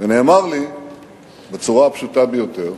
ונאמר לי בצורה הפשוטה ביותר,